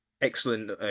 excellent